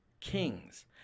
kings